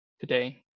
today